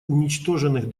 уничтоженных